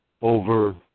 over